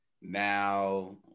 Now